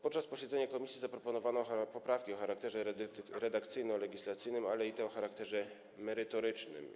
Podczas posiedzenia komisji zaproponowano poprawki o charakterze redakcyjno-legislacyjnym, ale i o charakterze merytorycznym.